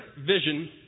vision